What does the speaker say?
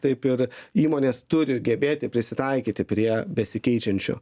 taip ir įmonės turi gebėti prisitaikyti prie besikeičiančių